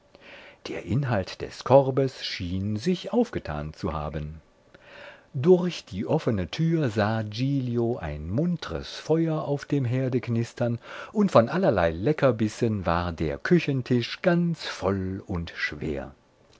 der inhalt des korbes schien sich aufgetan zu haben durch die offene türe sah giglio ein muntres feuer auf dem herde knistern und von allerlei leckerbissen war der küchentisch ganz voll und schwer